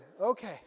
Okay